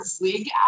wig